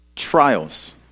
trials